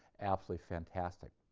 absolutely fantastic.